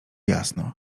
jasno